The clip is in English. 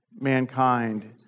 mankind